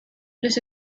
los